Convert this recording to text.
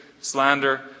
slander